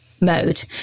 mode